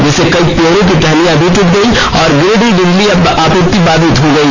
जिससे कई पेड़ों की टहनियां टूट गयीं और गिरिडीह बिजली आपूर्ति बाधित भी हो गयी